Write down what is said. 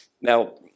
now